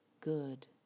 good